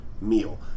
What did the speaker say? meal